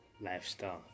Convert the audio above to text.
lifestyle